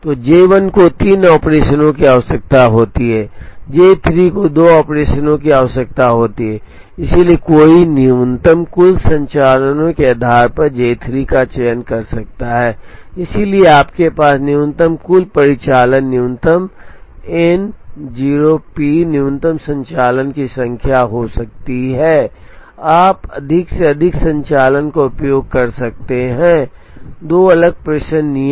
तो J 1 को तीन ऑपरेशनों की आवश्यकता होती है J 3 को दो ऑपरेशनों की आवश्यकता होती है इसलिए कोई न्यूनतम कुल संचालनों के आधार पर J 3 का चयन कर सकता है इसलिए आपके पास न्यूनतम कुल परिचालन न्यूनतम N o P न्यूनतम संचालन की संख्या हो सकती है आप अधिक से अधिक संचालन का उपयोग कर सकते हैं दो अलग अलग प्रेषण नियम